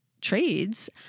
trades